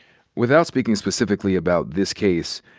without speaking specifically about this case,